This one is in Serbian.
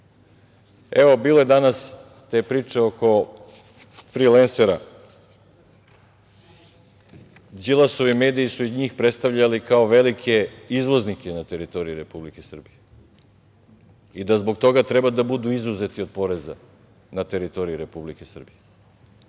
bilo je danas te priče oko frilensera. Đilasovi mediji su i njih predstavljali kao velike izvoznike na teritoriji Republike Srbije i da zbog toga treba da budu izuzeti od poreza na teritoriji Republike Srbije.